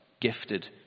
gifted